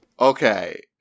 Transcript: Okay